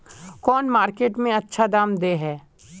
कौन मार्केट में अच्छा दाम दे है?